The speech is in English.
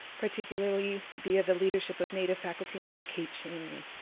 particularly, via the leadership of native faculty member kate shanley.